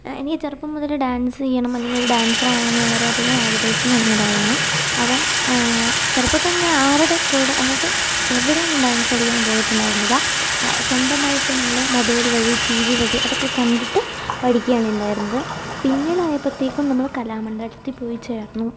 എനിക്ക് ചെറുപ്പം മുതലേ ഡാൻസ് ചെയ്യണം അല്ലെങ്കിൽ ഒരു ഡാൻസർ ആവണം എന്നു വളെരെയധികം ആഗ്രഹിച്ച് നടന്നൊരാളാണ് അപ്പം ചെറുപ്പത്തിൽ ഞാൻ ആരുടെ കൂടെ അതായത് എവിടെയും ഞാൻ ഡാൻസ് പഠിക്കാൻ പോയിട്ടുണ്ടായിരുന്നില്ല സ്വന്തമായിട്ട് നമ്മൾ മൊബൈൽ വഴി ടി വി വഴി അതൊക്കെ കണ്ടിട്ട് പഠിക്കുകയാണ് ഉണ്ടായിരുന്നത് പിന്നീട് ആയപ്പോഴത്തേക്കും നമ്മൾ കലാമണ്ഡലത്തിൽ പോയി ചേർന്നു